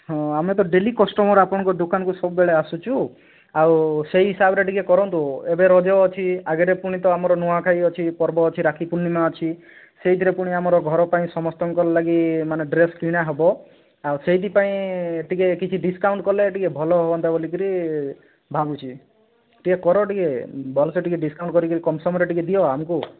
ହଁ ଆମେ ତ ଡେଲି କଷ୍ଟମର ଆପଣଙ୍କ ଦୋକାନକୁ ସବୁବେଳେ ଆସୁଛୁ ଆଉ ସେହି ହିସାବରେ ଟିକେ କରନ୍ତୁ ଏବେ ରଜ ଅଛି ଆଗରେ ପୁଣି ତ ଆମର ନୂଆଖାଇ ଅଛି ସବୁ ପର୍ବ ଅଛି ରାକ୍ଷୀ ପୂର୍ଣ୍ଣିମା ଅଛି ସେଇଥିରେ ପୁଣି ଆମର ଘର ପାଇଁ ସମସ୍ତଙ୍କର ଲାଗି ମାନେ ଡ୍ରେସ କିଣା ହେବ ଆଉ ସେଇଥି ପାଇଁ ଟିକେ କିଛି ଡିସ୍କାଉଣ୍ଟ କଲେ ଟିକେ ଭଲ ହୁଅନ୍ତା ବୋଲିକରି ଭାବୁଛି ଟିକେ କର ଟିକେ ଭଲସେ ଟିକେ ଡିସ୍କାଉଣ୍ଟ କରିକରି କମ୍ସମ୍ରେ ଟିକେ ଦିଅ ଆମକୁ